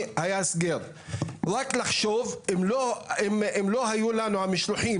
גם אם הוא רוצה,